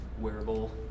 wearable